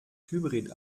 hybrid